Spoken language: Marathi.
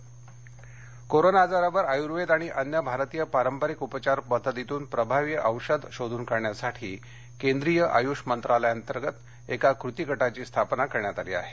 कोरोना आयुष कोरोना आजारावर आयुर्वेद आणि अन्य भारतीय पारंपरिक उपचार पद्धतीतून प्रभावी औषध शोधून काढण्यासाठी केंद्रीय आयष मंत्रालयाअंतर्गत एका कती गटाची स्थापना करण्यात आली आहे